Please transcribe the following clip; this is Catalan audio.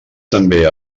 també